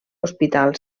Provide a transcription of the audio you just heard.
hospital